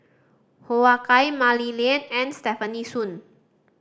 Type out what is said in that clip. Hoo Ah Kay Mah Li Lian and Stefanie Sun